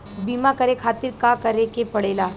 बीमा करे खातिर का करे के पड़ेला?